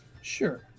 Sure